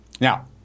Now